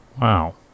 Wow